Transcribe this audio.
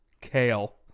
kale